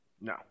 No